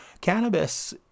Cannabis